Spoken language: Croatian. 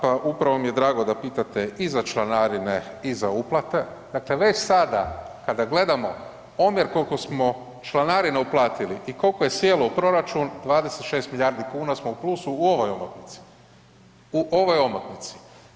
Pa upravo mi je drago da pitate i za članarine i za uplate, dakle već sada kada gledamo omjer koliko smo članarine uplatili i koliko je sjelo u proračun, 26 milijardi kuna smo u plusu u ovoj omotnici, u ovoj omotnici.